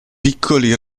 piccoli